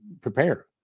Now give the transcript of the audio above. prepare